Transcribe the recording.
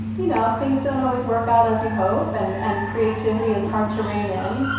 you know things don't always work out as you hope, and and creativity is hard to rein in.